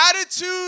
attitude